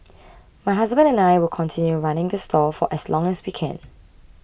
my husband and I will continue running the stall for as long as we can